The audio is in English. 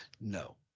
no